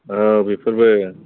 औ बेफोरबो